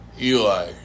Eli